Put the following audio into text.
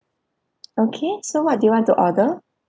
okay so what do you want to order